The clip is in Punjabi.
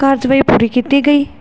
ਕਾਰਵਾਈ ਪੂਰੀ ਕੀਤੀ ਗਈ